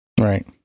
right